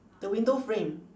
the window frame